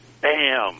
bam